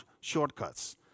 shortcuts